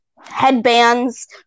headbands